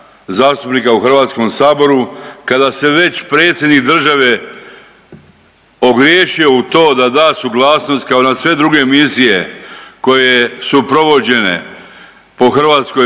zastupnika u HS-u kada se već Predsjednik države ogriješio u to da da suglasnost kao na sve druge misije koje su provođene po hrvatskoj